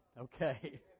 okay